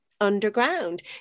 underground